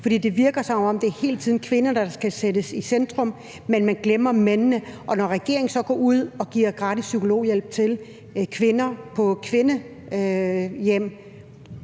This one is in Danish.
for det virker, som om det hele tiden er kvinder, der skal sættes i centrum, mens man glemmer mændene. Regeringen går så ud og giver gratis psykologhjælp til kvinder på kvindehjem,